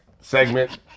segment